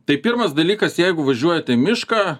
tai pirmas dalykas jeigu važiuojat į mišką